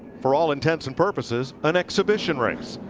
for all intents and purposes, an exhibition race.